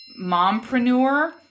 mompreneur